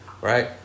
right